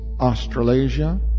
Australasia